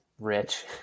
rich